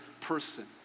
person